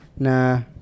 Nah